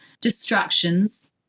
distractions